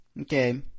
Okay